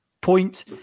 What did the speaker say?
point